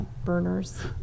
Burners